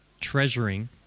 treasuring